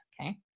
Okay